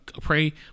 pray